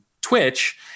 Twitch